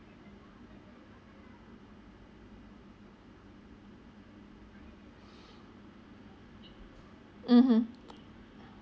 mm hmm